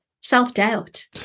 self-doubt